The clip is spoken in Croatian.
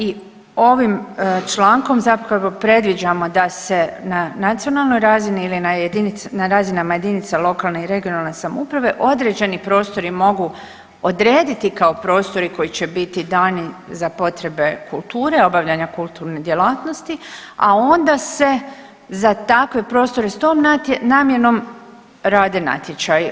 I ovim člankom zapravo predviđamo da se na nacionalnoj razini ili na razinama jedinica lokalne i regionalne samouprave određeni prostori mogu odrediti kao prostori koji će biti dani za potrebe kulture, obavljanja kulturne djelatnosti, a onda se za takve prostore s tom namjenom rade natječaji.